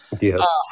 Yes